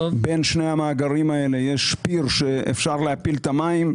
בין שני המאגרים האלה יש פיר שאפשר להפיל את המים,